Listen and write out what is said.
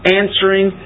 answering